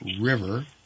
River